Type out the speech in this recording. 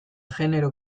genero